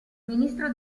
ministro